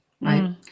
right